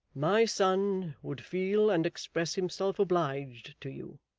my son would feel and express himself obliged to you,